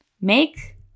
make